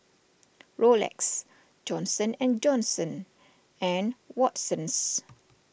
Rolex Johnson and Johnson and Watsons